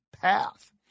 path